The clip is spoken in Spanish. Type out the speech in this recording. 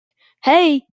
hey